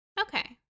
Okay